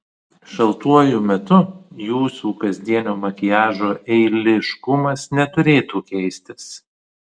šaltuoju metu jūsų kasdienio makiažo eiliškumas neturėtų keistis